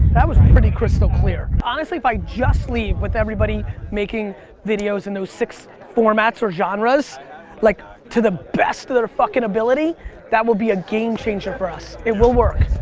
that was pretty crystal clear. honestly, if i just leave with everybody making videos in those six formats or genres like to the best of their fucking ability that will be a game changer for us. it will work.